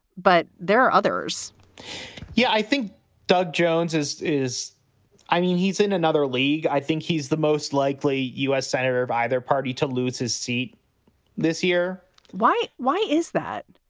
but there are others yeah, i think doug jones is. i mean, he's in another league. i think he's the most likely u s. senator of either party to lose his seat this year why? why is that?